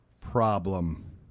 problem